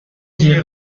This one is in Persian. جیغ